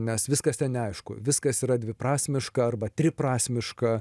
nes viskas ten neaišku viskas yra dviprasmiška arba triprasmiška